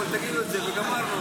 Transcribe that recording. תגידו את זה וגמרנו.